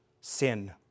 sin